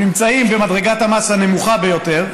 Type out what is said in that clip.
הם נמצאים במדרגת המס הנמוכה ביותר,